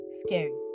Scary